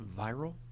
Viral